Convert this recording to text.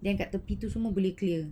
then kat tepi tu semua boleh clear